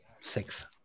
six